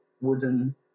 wooden